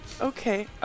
okay